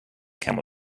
camel